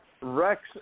Rex